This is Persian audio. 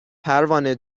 پروانه